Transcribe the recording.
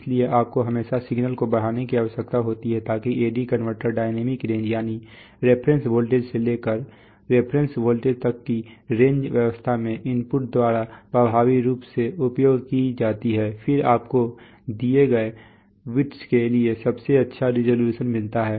इसलिए आपको हमेशा सिग्नल को बढ़ाने की आवश्यकता होती है ताकि AD कन्वर्टर डायनेमिक रेंज यानी रेफरेंस वोल्टेज से लेकर रेफरेंस वोल्टेज तक की रेंज वास्तव में इनपुट द्वारा प्रभावी रूप से उपयोग की जाती है फिर आपको दिए गए बिट्स के लिए सबसे अच्छा रिज़ॉल्यूशन मिलता है